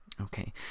Okay